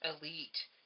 elite